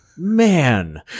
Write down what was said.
man